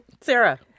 Sarah